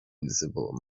visible